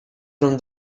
from